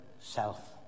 self